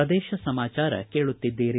ಪ್ರದೇಶ ಸಮಾಚಾರ ಕೇಳುತ್ತಿದ್ದೀರಿ